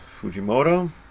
Fujimoto